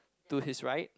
to his right